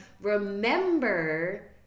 remember